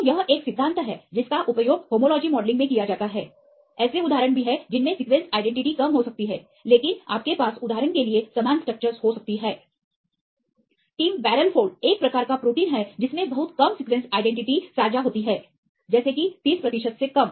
तो यह एक सिद्धांत है जिसका उपयोग होमोलॉजी मॉडलिंग में किया जाता है ऐसे उदाहरण भी हैं जिनमें सीक्वेंस आईडेंटिटी कम हो सकती है लेकिन आपके पास उदाहरण के लिए समान स्ट्रक्चर्स हो सकती हैं टिम बैरल फोल्ड ये प्रोटीन वे बहुत कम सीक्वेंस आईडेंटिटी साझा करते हैं जैसे कि 30 प्रतिशत से कम